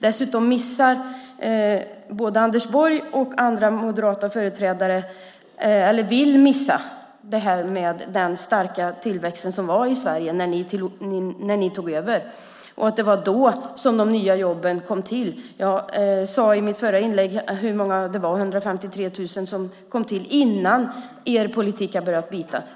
Dessutom förbiser både Anders Borg och andra moderata företrädare - eller vill förbise - den starka tillväxt som var i Sverige när de tog över makten och att det var då som de nya jobben kom till. Jag sade i mitt förra inlägg att det var 153 000 jobb som skapades innan deras politik hade börjat bita.